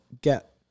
Get